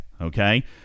okay